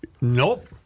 Nope